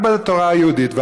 רק בתורה היהודית.